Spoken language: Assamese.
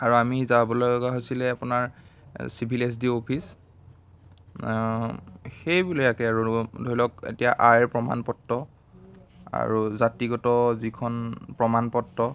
আৰু আমি যাবলৈ লগা হৈছিলে আপোনাৰ civil S D O office সেইবিলাকেই আৰু ধৰি লওক এতিয়া আইৰ প্ৰমাণপত্ৰ আৰু জাতিগত যিখন প্ৰমাণপত্ৰ